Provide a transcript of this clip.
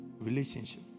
relationship